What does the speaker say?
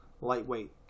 lightweight